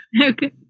Okay